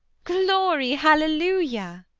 glory hallelujah!